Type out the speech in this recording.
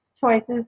choices